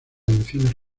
elecciones